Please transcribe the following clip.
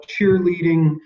cheerleading